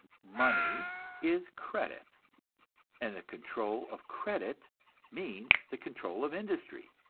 money is credit and the control of credit means the control of industry.